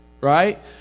right